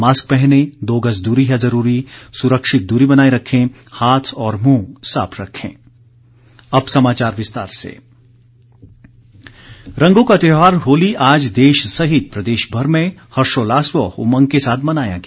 mask पहनें दो गज दूरी है जरूरी सुरक्षित दूरी बनाये रखें हाथ और मुंह साफ रखें होली रंगों का त्योहार होली आज देश सहित प्रदेश में हर्षोल्लास व उमंग के साथ मनाया गया